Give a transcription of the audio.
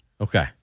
Okay